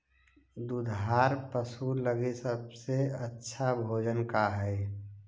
दुधार पशु लगीं सबसे अच्छा भोजन का हई?